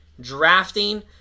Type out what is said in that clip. Drafting